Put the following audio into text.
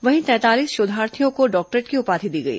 वहीं तैंतालीस शोधार्थियों को डॉक्टरेट की उपाधि दी गई